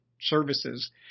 services